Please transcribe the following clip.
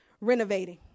renovating